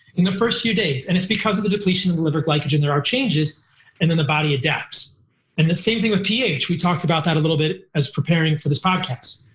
in the first few days, and it's because of the depletion of liver glycogen, there are changes and then the body adapts and the same thing with ph. we talked about that a little bit as preparing for this podcast.